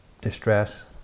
distress